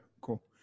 cool